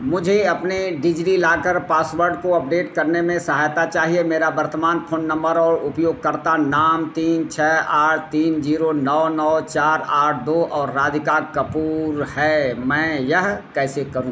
मुझे अपने DigiLocker password को अपडेट करने में सहायता चाहिए मेरा वर्तमान फ़ोन नम्बर और उपयोगकर्ता नाम तीन छः आठ तीन जीरो नौ नौ चार आठ दो और राधिका कपूर है मैं यह कैसे करूं